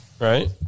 right